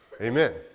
amen